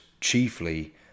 chiefly